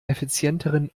effizienteren